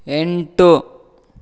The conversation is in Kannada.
ಎಂಟು